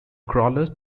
crawler